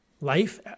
life